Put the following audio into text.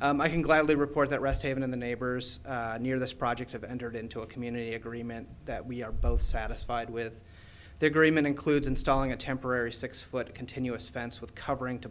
i can gladly report that rest haven in the neighbors near this project have entered into a community agreement that we are both satisfied with the agreement includes installing a temporary six foot continuous fence with covering to